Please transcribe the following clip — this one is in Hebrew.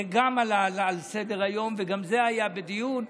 גם זה עלה על סדר-היום והיה בדיון.